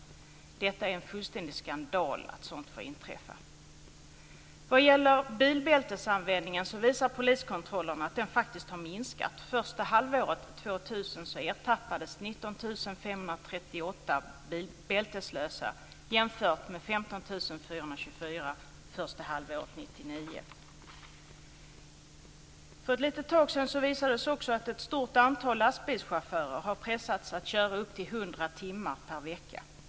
Det är en fullständig skandal att sådant får inträffa. Vad gäller bilbältesanvändningen visar poliskontroller att denna faktiskt har minskat. Första halvåret För ett litet tag sedan visade det sig också att ett stort antal lastbilschaufförer har pressats att köra upp till 100 timmar per vecka.